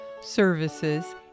services